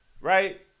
right